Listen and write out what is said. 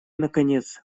наконец